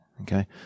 Okay